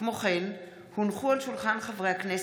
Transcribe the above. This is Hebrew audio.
כמו כן הונחו על שולחן הכנסת,